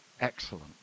excellent